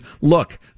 Look